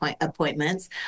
appointments